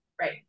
right